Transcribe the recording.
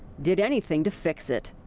did anything to fix it.